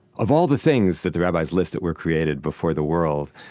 of all the things that the rabbis list that were created before the world,